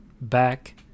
back